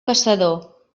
caçador